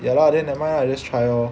ya lah then never mind lah just try lor